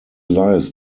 lies